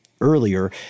earlier